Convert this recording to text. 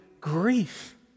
grief